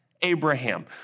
Abraham